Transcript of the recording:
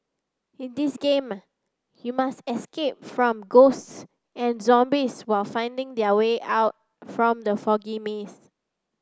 in this game you must escape from ghosts and zombies while finding the way out from the foggy maze